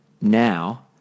now